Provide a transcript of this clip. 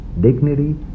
dignity